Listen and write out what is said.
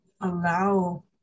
allow